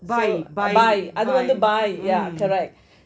பாய் பாய்:bhai bhai mm